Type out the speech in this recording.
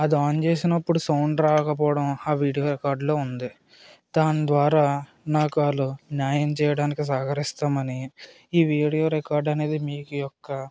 అది ఆన్ చేసినప్పుడు సౌండ్ రాకపోవడం ఆ వీడియో రికార్డ్ లో ఉంది దాని ద్వారా నాకాలు న్యాయం చేయడానికి సహకరిస్తామని ఈ వీడియో రికార్డనేది మీకి యొక్క